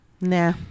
nah